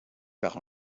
par